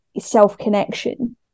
self-connection